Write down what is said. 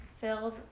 filled